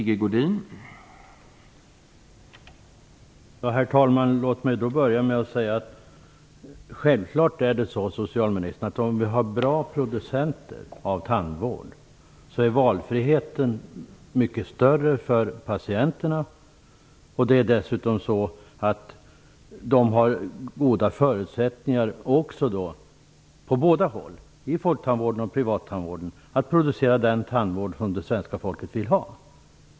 Herr talman! Låt mig börja med att säga att det självklart är så att om vi har bra producenter av tandvård är valfriheten mycket större för patienterna. Då har man goda förutsättningar, både inom folktandvården och inom privattandvården, att producera den tandvård som det svenska folket vill ha.